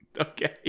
Okay